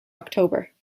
october